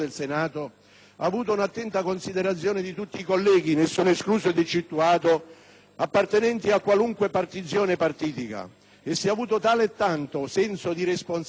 ha avuto l'attenta considerazione di tutti i colleghi, nessuno escluso, appartenenti ad ogni partizione partitica. Si è registrato tale e tanto senso di responsabilità